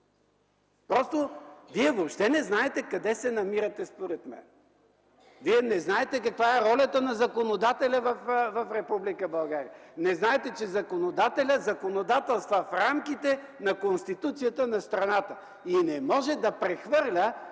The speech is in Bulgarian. мен вие просто не знаете къде се намирате, не знаете каква е ролята на законодателя в Република България. Не знаете, че законодателят законодателства в рамките на Конституцията на страната и не може да прехвърля